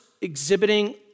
exhibiting